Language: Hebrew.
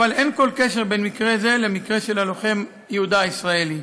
אבל אין כל קשר בין מקרה זה למקרה של הלוחם יהודה הישראלי,